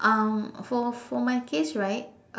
um for for my case right